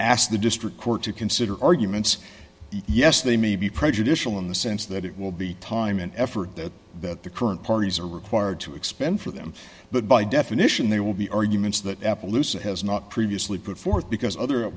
ask the district court to consider arguments yes they may be prejudicial in the sense that it will be time and effort that that the current parties are required to expend for them but by definition there will be arguments that appaloosa has not previously put forth because other